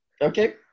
Okay